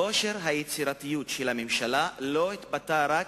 כושר היצירתיות של הממשלה לא התבטא רק